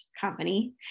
company